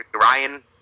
Ryan